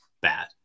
bad